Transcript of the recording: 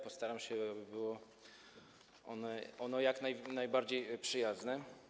Postaram się, aby było ono jak najbardziej przyjazne.